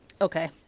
Okay